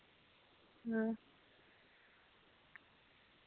हां